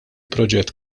proġett